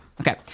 Okay